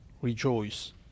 Rejoice